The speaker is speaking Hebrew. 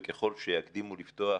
וככל שיקדימו לפתוח,